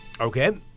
Okay